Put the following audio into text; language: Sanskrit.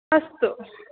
अस्तु